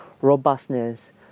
robustness